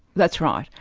that's right.